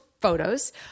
photos